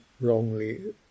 wrongly